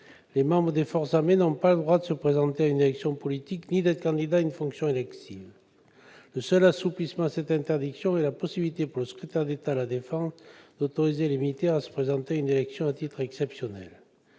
les membres des forces armées n'ont pas le droit de se présenter à une élection politique ni d'être candidat à aucune autre fonction élective. Le seul assouplissement à cette interdiction est la possibilité pour le secrétaire d'État à la défense d'autoriser les militaires à se présenter à une élection à titre exceptionnel.